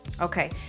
Okay